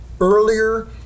earlier